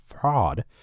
fraud